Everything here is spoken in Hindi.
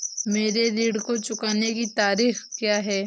मेरे ऋण को चुकाने की तारीख़ क्या है?